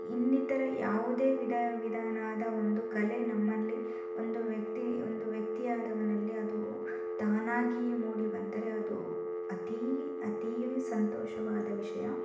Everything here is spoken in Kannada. ಇನ್ನಿತರ ಯಾವುದೇ ವಿಧ ವಿಧವಾದ ಒಂದು ಕಲೆ ನಮ್ಮಲ್ಲಿ ಒಂದು ವ್ಯಕ್ತಿ ಒಂದು ವ್ಯಕ್ತಿಯಾದವನಲ್ಲಿ ಅದು ತಾನಾಗಿಯೇ ಮೂಡಿ ಬಂದರೆ ಅದು ಅತಿ ಅತೀವ ಸಂತೋಷವಾದ ವಿಷಯ